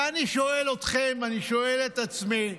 ואני שואל אתכם, אני שואל את עצמי: